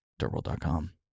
dirtworld.com